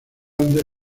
grande